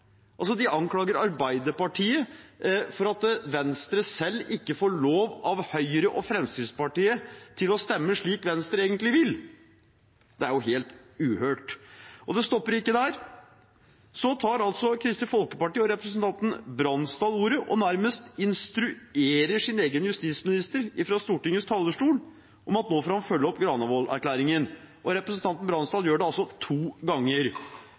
altså Kristelig Folkeparti ved representanten Bransdal ordet og nærmest instruerer sin egen justisminister fra Stortingets talerstol om at nå får han følge opp Granavolden-erklæringen. Representanten Bransdal gjør det to ganger,